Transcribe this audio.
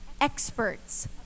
experts